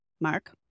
Mark